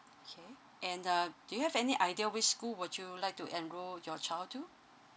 okay and uh do you have any idea which school would you like to enrol your child to